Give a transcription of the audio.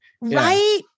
right